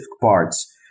parts